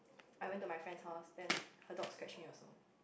I went to my friend's house then her dogs scratch me also